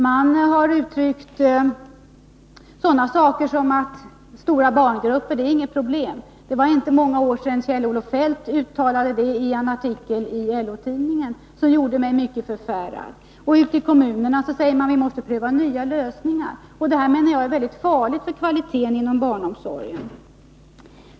Man har sagt sådana saker som att stora barngrupper inte är något problem. Det var inte många år sedan Kjell-Olof Feldt uttalade det i en artikel i LO-tidningen, som gjorde mig mycket förfärad. Ute i kommunerna säger man att vi måste pröva nya lösningar. Jag anser att detta är väldigt farligt för kvaliteten inom barnomsorgen.